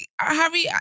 Harry